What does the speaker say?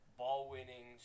ball-winning